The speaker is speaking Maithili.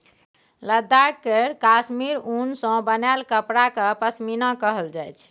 लद्दाख केर काश्मीर उन सँ बनाएल कपड़ा केँ पश्मीना कहल जाइ छै